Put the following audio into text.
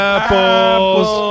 Apples